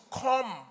come